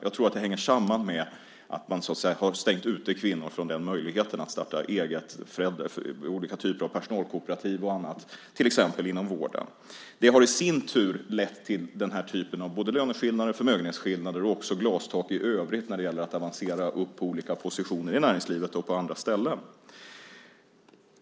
Jag tror att det hänger samman med att man har stängt ute kvinnor från möjligheten att starta eget, olika typer av personalkooperativ och annat, till exempel inom vården. Det har i sin tur lett till den här typen av löneskillnader och förmögenhetsskillnader och också till glastak i övrigt när det gäller att avancera upp på olika positioner i näringslivet och på andra ställen.